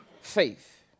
faith